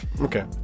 Okay